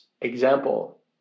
example